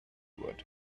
wood